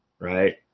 right